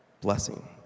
blessing